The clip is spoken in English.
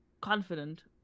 confident